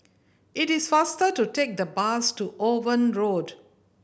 it is faster to take the bus to Owen Road